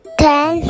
ten